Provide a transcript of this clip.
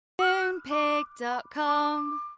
Moonpig.com